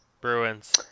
Bruins